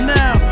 now